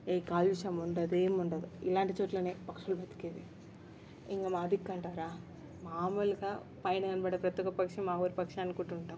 ఏ కాలుష్యం ఉండదు ఏం ఉండదు ఇలాంటి చోట్లనే పక్షులు బ్రతికేది ఇంకా మా దిక్కు అంటారా మాములుగా పైన కనపడే ప్రతీ ఒక్క పక్షి మా ఊరి పక్షే అనుకుంటూ ఉంటాము